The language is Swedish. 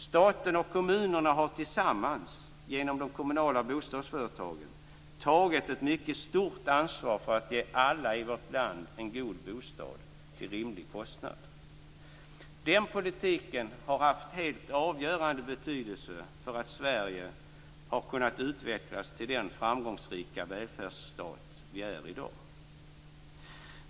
Staten och kommunerna har tillsammans genom de kommunala bostadsföretagen tagit ett mycket stort ansvar för att ge alla i vårt land en god bostad till rimlig kostnad. Det och politiken har haft en helt avgörande betydelse för att Sverige har kunnat utvecklas till den framgångsrika välfärdsstat som vi är i dag.